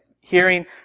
hearing